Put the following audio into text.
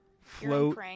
float